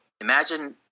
imagine